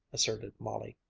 asserted molly.